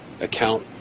account